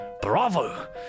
Bravo